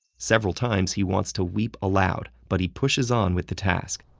several times he wants to weep aloud, but he pushes on with the task.